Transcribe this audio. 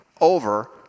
over